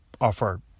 offer